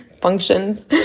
functions